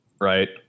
Right